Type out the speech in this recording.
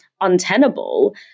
untenable